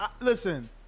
listen